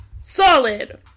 Solid